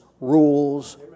rules